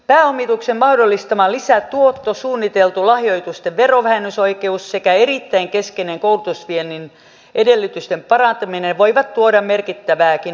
pääomituksen mahdollistama lisätuotto suunniteltu lahjoitusten verovähennysoikeus sekä erittäin keskeinen koulutusviennin edellytysten parantaminen voivat tuoda merkittävääkin helpotusta